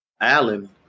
alan